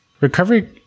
recovery